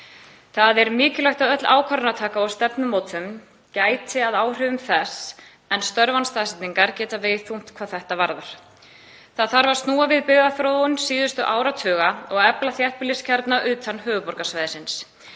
Það er mikilvægt að öll ákvarðanataka og stefnumótun gæti að áhrifum þess en störf án staðsetningar geta vegið þungt hvað þetta varðar. Það þarf að snúa við byggðaþróun síðustu áratuga og efla þéttbýliskjarna utan höfuðborgarsvæðisins.